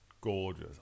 gorgeous